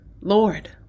Lord